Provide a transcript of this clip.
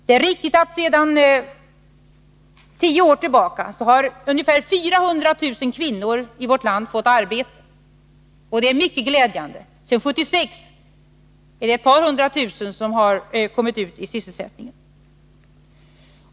Det är riktigt att ungefär 400 000 kvinnor i vårt land har fått arbete under de senaste tio åren. Detta är mycket glädjande. Sedan 1976 har ungefär 200 000 fått sysselsättning.